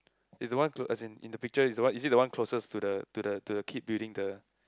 is the one clo~ as in in the picture is the one is it the one closest to the to the to the kid building the